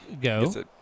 go